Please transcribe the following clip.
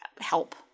help